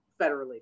federally